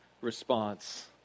response